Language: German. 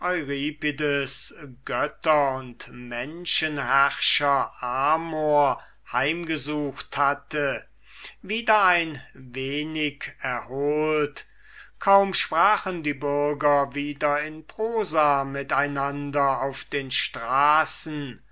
götter und menschenherrscher amor heimgesucht hatte wieder ein wenig erholt kaum sprachen die bürger wieder in prosa mit einander auf den straßen